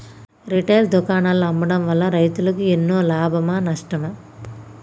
Retail దుకాణాల్లో అమ్మడం వల్ల రైతులకు ఎన్నో లాభమా నష్టమా?